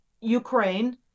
Ukraine